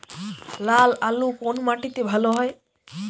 লাল আলু কোন মাটিতে ভালো হয়?